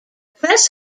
press